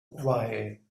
while